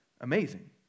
amazing